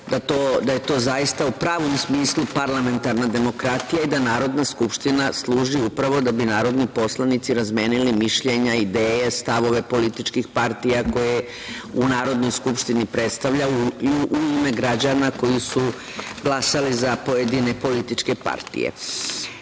da je to zaista u pravom smislu parlamentarna demokratija i da Narodna skupština služi upravo da bi narodni poslanici razmenili mišljenja, ideje, stavove političkih partija koje u Narodnoj skupštini predstavljaju u ime građana koji su glasali za pojedine političke